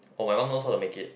oh my mum knows how to make it